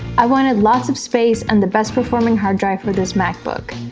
i wanted lots of space and the best performing hard drive for this macbook.